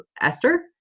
Esther